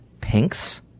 pinks